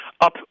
up